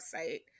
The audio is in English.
website